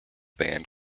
band